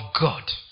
God